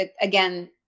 again